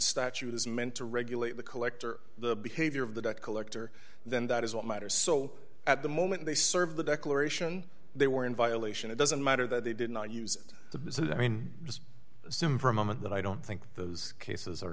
statute is meant to regulate the collector the behavior of the debt collector then that is what matters so at the moment they serve the declaration they were in violation it doesn't matter that they did not use the visit i mean just assume for a moment that i don't think those cases are